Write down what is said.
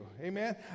Amen